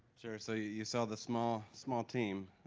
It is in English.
sure. so you saw the small small team.